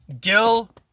Gil